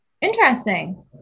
interesting